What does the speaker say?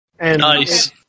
Nice